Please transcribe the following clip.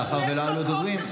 מאחר שלא היו דוברים.